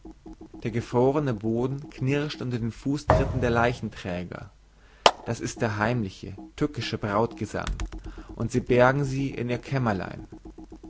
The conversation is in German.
der gefrorene boden knirscht unter den fußtritten der leichenträger das ist der heimliche tückische brautgesang und sie bergen sie in ihr kämmerlein